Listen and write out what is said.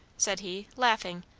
said he, laughing,